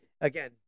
again